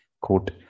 quote